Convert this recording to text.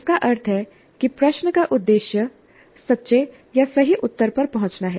इसका अर्थ है कि प्रश्न का उद्देश्य सच्चे या सही उत्तर पर पहुंचना है